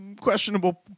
questionable